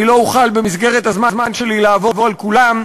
לא אוכל במסגרת הזמן שלי לעבור על כולן,